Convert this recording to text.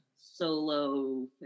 Solo